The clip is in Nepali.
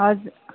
हजुर